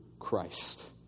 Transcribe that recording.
Christ